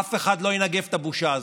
אף אחד לא ינגב את הבושה הזאת,